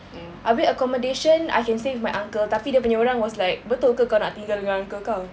mm